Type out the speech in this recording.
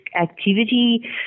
activity